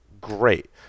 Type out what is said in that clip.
great